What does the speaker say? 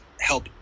help